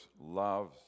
loves